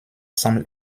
semble